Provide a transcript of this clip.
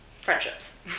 friendships